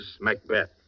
Macbeth